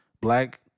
black